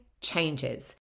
changes